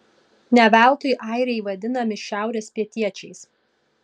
ne veltui airiai vadinami šiaurės pietiečiais